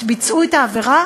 ביצעו את העבירה,